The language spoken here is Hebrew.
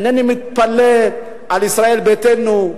אינני מתפלא על ישראל ביתנו,